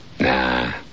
nah